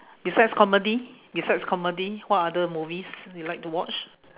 besides comedy besides comedy what other movies you like to watch